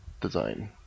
design